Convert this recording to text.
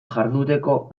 jarduteko